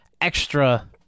extra